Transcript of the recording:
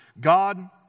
God